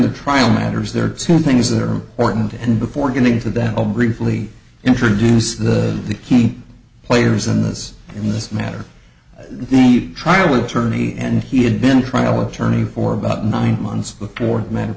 the trial matters there are two things that are orange and before going into that i'll briefly introduce the key players in this in this matter the trial attorney and he had been trial attorney for about nine months before the matter